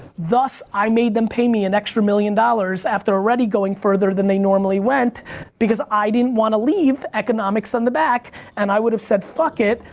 thus i made them pay me an extra million dollars after already going further than they normally went because i didn't want to leave economics on the back and i would've said, fuck it,